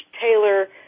Taylor